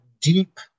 deep